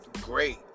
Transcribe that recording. great